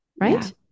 right